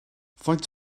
faint